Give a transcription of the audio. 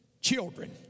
children